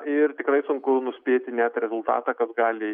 ir tikrai sunku nuspėti net rezultatą kas gali